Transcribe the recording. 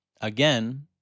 Again